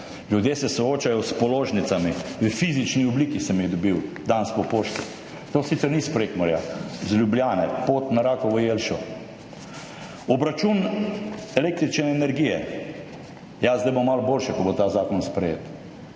Ljudje se soočajo s položnicami. V fizični obliki sem jih dobil, danes po pošti. To sicer ni iz Prekmurja, iz Ljubljane. Pot na Rakovo Jelšo. Obračun električne energije. Ja, zdaj bo malo boljše, ko bo ta zakon sprejet.